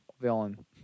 villain